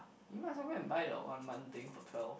you might so good and buy the one month thing for twelve